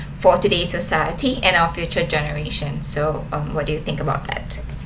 for today's society and our future generation so um what do you think about that